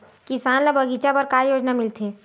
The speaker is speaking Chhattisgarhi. किसान ल बगीचा बर का योजना मिलथे?